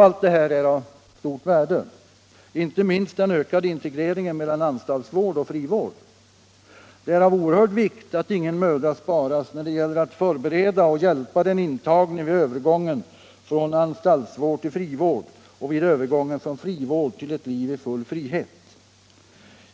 Allt detta är av stort värde, inte minst den ökade integreringen mellan anstaltsvård och frivård. Det är av oerhörd vikt att ingen möda sparas när det gäller att förbereda och hjälpa den intagne vid övergången från anstaltsvård till frivård och vid övergången från frivård till ett liv i full frihet.